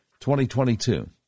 2022